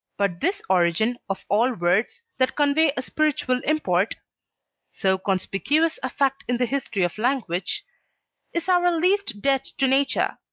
but this origin of all words that convey a spiritual import so conspicuous a fact in the history of language is our least debt to nature.